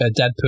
Deadpool